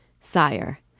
Sire